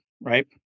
right